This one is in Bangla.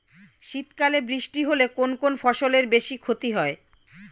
শীত কালে বৃষ্টি হলে কোন কোন ফসলের বেশি ক্ষতি হয়?